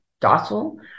docile